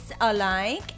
alike